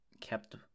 kept